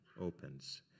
opens